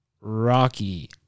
Rocky